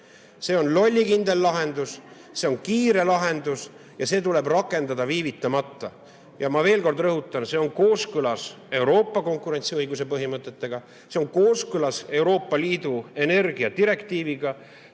See on lollikindel lahendus. See on kiire lahendus ja see tuleb rakendada viivitamata. Ma veel kord rõhutan: see on kooskõlas Euroopa konkurentsiõiguse põhimõtetega, see on kooskõlas Euroopa Liidu energiadirektiiviga.